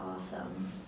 awesome